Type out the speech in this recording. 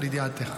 לידיעתך.